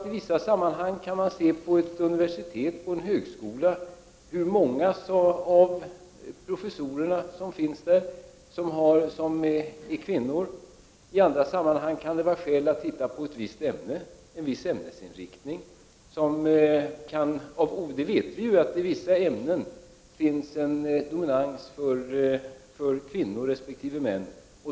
I vissa sammanhang kan man se på hur många kvinnor som är professorer på ett universitet eller en högskola, i andra sammanhang kan det vara skäl att titta på ett visst ämne eller en viss ämnesinriktning. Vi vet ju att det i vissa ämnen finns en dominans för kvinnor resp. män.